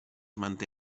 manté